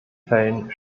fällen